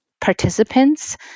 participants